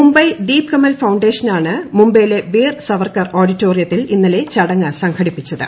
മുംബൈ ദീപ് കമൽ ഫൌണ്ടേഷനാണ് മുംബൈയിലെ വീർ സവർക്കർ ഓഡിറ്റോറിയത്തിൽ ഇന്നലെ ചടങ്ങ് സംഘടിപ്പിച്ചത്